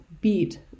beat